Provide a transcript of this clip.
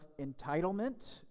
entitlement